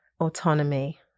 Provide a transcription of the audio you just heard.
autonomy